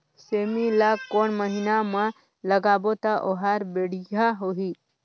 सेमी ला कोन महीना मा लगाबो ता ओहार बढ़िया होही?